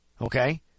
Okay